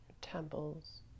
Temples